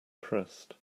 pressed